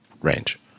range